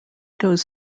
goes